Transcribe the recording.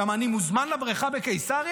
למה, אני מוזמן לבריכה בקיסריה?